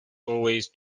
always